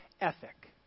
ethic